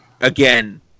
Again